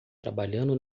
trabalhando